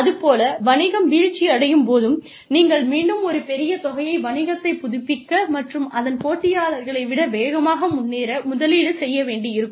அது போல வணிகம் வீழ்ச்சியடையும் போதும் நீங்கள் மீண்டும் ஒரு பெரிய தொகையை வணிகத்தைப் புதுப்பிக்க மற்றும் அதன் போட்டியாளர்களை விட வேகமாக முன்னேற முதலீடு செய்ய வேண்டியிருக்கும்